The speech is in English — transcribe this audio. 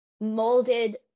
molded